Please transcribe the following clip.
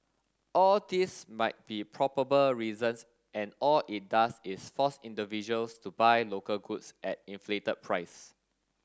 all these might be probable reasons and all it does is force individuals to buy local goods at inflated price